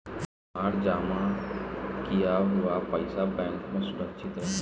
हमार जमा किया हुआ पईसा बैंक में सुरक्षित रहीं?